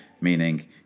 meaning